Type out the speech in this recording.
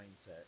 mindset